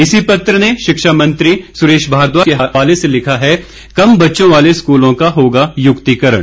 इसी पत्र ने शिक्षा मंत्री सुरेश भारद्वाज के हवाले से लिखा है कम बच्चों वाले स्कूलों का होगा युक्तिकरण